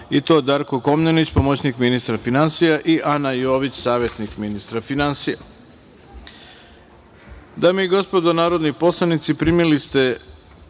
i to Darko Komnenić, pomoćnik ministra finansija i Ana Jović, savetnik ministra finansija. Dame